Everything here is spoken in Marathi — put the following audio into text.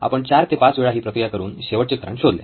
आपण चार ते पाच वेळा ही प्रक्रिया करून शेवटचे कारण शोधले